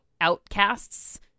outcasts